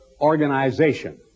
organization